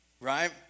right